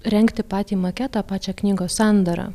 rengti patį maketą pačią knygos sandarą